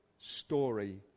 story